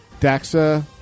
Daxa